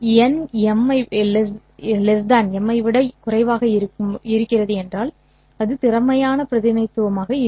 N M என்றால் இது திறமையான பிரதிநிதித்துவமாக இருக்கும்